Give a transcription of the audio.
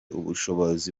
ubushobozi